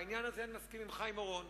בעניין הזה אני מסכים עם חיים אורון.